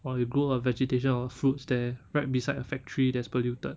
or you grow a vegetation or a fruits there right beside a factory that is polluted